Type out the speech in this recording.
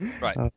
Right